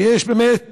יש באמת